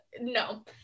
no